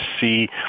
see